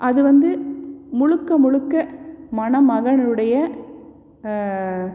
அது வந்து முழுக்க முழுக்க மணமகனுடைய